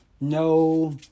no